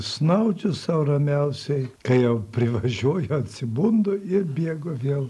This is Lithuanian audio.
snaudžiu sau ramiausiai kai jau privažiuoju atsibundu ir bėgu vėl